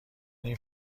این